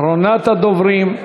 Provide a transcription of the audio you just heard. אחרונת הדוברים,